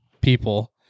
people